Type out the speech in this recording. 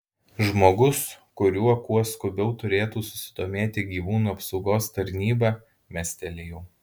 žmogus kuriuo kuo skubiau turėtų susidomėti gyvūnų apsaugos tarnyba mestelėjau